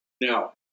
Now